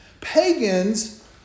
Pagans